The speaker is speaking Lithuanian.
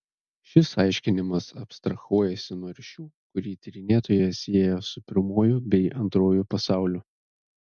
šis aiškinimas abstrahuojasi nuo ryšių kurį tyrinėtoją sieja su pirmuoju bei antruoju pasauliu